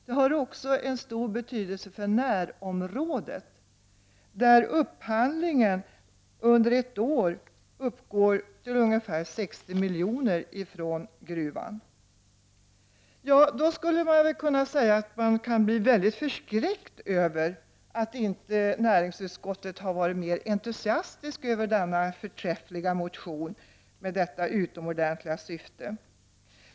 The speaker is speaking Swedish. Det är också av stor betydelse för närområdet, där upphandlingen från gruvan under ett år uppgår till ungefär 60 miljoner. Man skulle väl då kunna bli väldigt förskräckt över att näringsutskottet inte har varit mer entusiastiskt över denna förträffliga motion med detta ut omordentliga syfte.